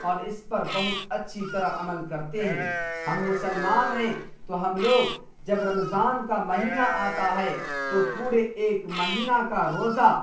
اور اس پر بہت اچھی طرح عمل کرتے ہیں ہم مسلمان ہیں تو ہم لوگ جب رمضان کا مہینہ آتا ہے تو پورے ایک مہینہ کا روزہ